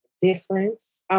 difference